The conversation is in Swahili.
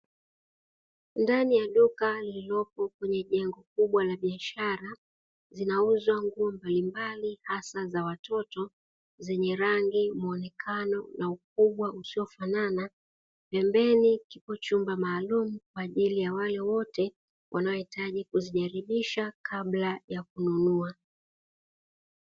Ndani ya duka lililopo kwenye ya jengo kubwa la biashara, zinauzwa nguo mbalimbali hasa za watoto zenye: rangi, muonekano na ukubwa usiofanana. Pembeni kipo chumba maalumu kwa ajili ya wale wote wanaohitaji kuzijaribisha kabla ya kununua.